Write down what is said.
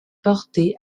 porté